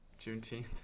Juneteenth